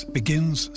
begins